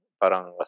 parang